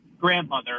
grandmother